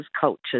cultures